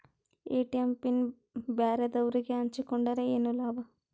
ATM PIN ಬ್ಯಾರೆದವರಗೆ ಹಂಚಿಕೊಂಡರೆ ಏನು ಲಾಭ?